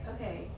okay